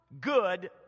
good